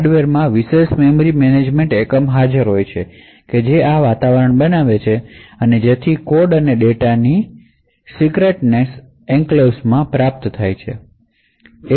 હાર્ડવેરમાં વિશેષ memory management એકમો હાજર છે જે એક એન્વાયરમેન્ટ બનાવે છે જેથી કોડ અને ડેટાની ગુપ્તતા એન્ક્લેવ્સ માં પ્રાપ્ત થાય છે